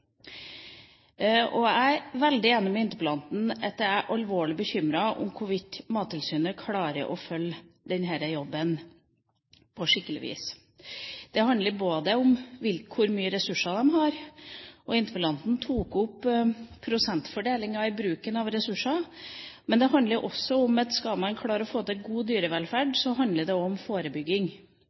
sivilisasjon. Jeg er også veldig enig med interpellanten: Jeg er alvorlig bekymret for hvorvidt Mattilsynet klarer å følge opp denne jobben på skikkelig vis. Det handler både om hvor mye ressurser de har – interpellanten tok opp prosentfordelingen når det gjelder bruken av ressurser – og om at skal man klare å få til god dyrevelferd, handler det om forebygging.